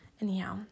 Anyhow